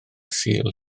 sul